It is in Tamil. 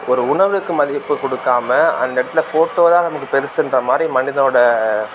ஒரு உணர்வுக்கு மதிப்பு கொடுக்காம அந்த இடத்துல ஃபோட்டோ தான் நமக்கு பெரிசுன்ற மாதிரி ஒரு மனிதனோடய